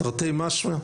תרתי משמע,